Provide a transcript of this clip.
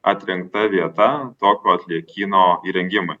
atrinkta vieta tokio atliekyno įrengimui